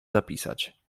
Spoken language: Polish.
zapisać